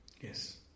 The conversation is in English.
Yes